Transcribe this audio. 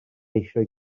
eisiau